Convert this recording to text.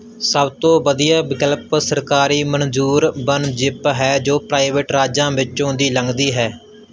ਸਭ ਤੋਂ ਵਧੀਆ ਵਿਕਲਪ ਸਰਕਾਰੀ ਮਨਜ਼ੂਰ ਵਣ ਜਿਪ ਹੈ ਜੋ ਪ੍ਰਾਈਵੇਟ ਰਾਜਾਂ ਵਿੱਚੋਂ ਦੀ ਲੰਘਦੀ ਹੈ